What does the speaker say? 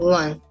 one